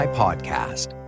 podcast